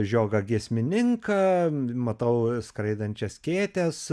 žiogą giesmininką matau skraidančią skėtėsi